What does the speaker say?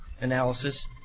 analysis